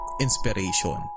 inspiration